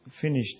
finished